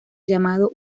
llamado